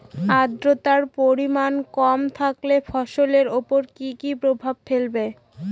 আদ্রর্তার পরিমান কম থাকলে ফসলের উপর কি কি প্রভাব ফেলবে?